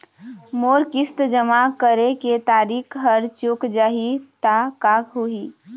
मोर किस्त जमा करे के तारीक हर चूक जाही ता का होही?